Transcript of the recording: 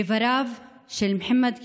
איבריו של מוחמד כיואן,